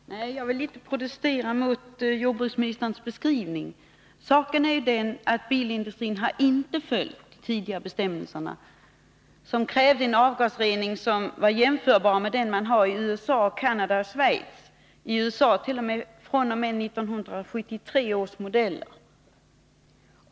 Herr talman! Nej, jag vill inte protestera mot jordbruksministerns beskrivning. Men saken är den att bilindustrin inte har följt de tidigare bestämmelserna, som krävde en avgasrening som var jämförbar med den som man har i USA, Canada och Schweiz. I USA gäller kraven fr.o.m. 1973 års modeller.